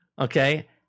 okay